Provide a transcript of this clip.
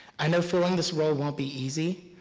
i know filling this role won't be easy.